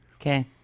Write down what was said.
Okay